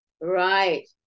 Right